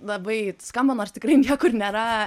labai skamba nors tikrai niekur nėra